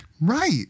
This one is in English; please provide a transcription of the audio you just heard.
right